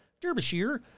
Derbyshire